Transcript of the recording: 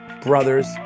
Brothers